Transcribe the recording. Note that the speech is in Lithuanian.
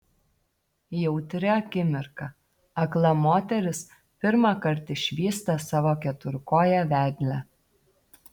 jautri akimirka akla moteris pirmąkart išvysta savo keturkoję vedlę